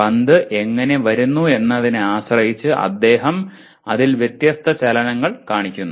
പന്ത് എങ്ങനെ വരുന്നു എന്നതിനെ ആശ്രയിച്ച് അദ്ദേഹം അതിൽ വ്യത്യസ്ത ചലനങ്ങൾ കാണിക്കുന്നു